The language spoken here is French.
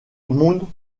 moon